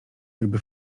jakby